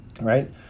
Right